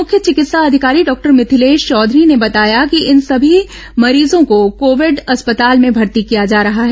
मख्य विकित्सा अधिकारी डॉक्टर मिथलेश चौधरी ने बताया कि इन सभी मरीजों को कोविड अस्पताल में भूर्ती किया जा रहा है